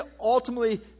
ultimately